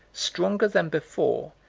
stronger than before,